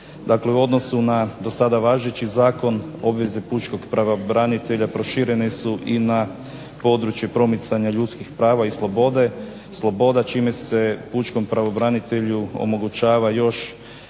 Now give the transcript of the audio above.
Dakle u odnosu na do sada važeći zakon obveze pučkog pravobranitelja proširene su i na područje promicanja ljudskih prava i sloboda, čime se pučkom pravobranitelju omogućava još,